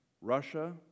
Russia